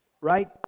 Right